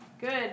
Good